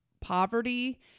poverty